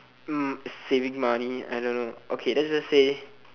mm saving money I don't know okay let's just say